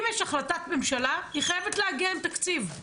אם יש החלטת ממשלה, היא חייבת להגיע עם תקציב.